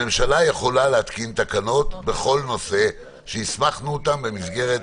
הממשלה יכולה להתקין תקנות בכל נושא שהסמכנו אותם במסגרת